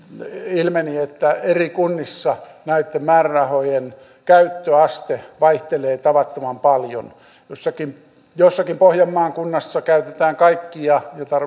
ilmeni että eri kunnissa näitten määrärahojen käyttöaste vaihtelee tavattoman paljon jossakin jossakin pohjanmaan kunnassa käytetään kaikki